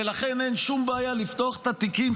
ולכן אין שום בעיה לפתוח את התיקים,